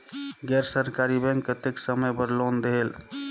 गैर सरकारी बैंक कतेक समय बर लोन देहेल?